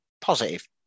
positive